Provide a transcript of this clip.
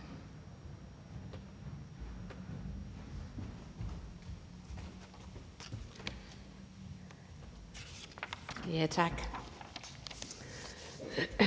Tak.